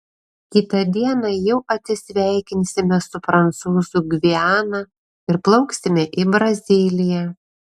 kitą dieną jau atsisveikinsime su prancūzų gviana ir plauksime į braziliją